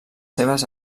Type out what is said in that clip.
seves